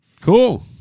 Cool